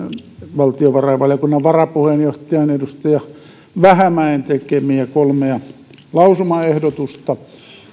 valtiovarainvaliokunnan varapuheenjohtajan edustaja vähämäen tekemiä kolmea lausumaehdotusta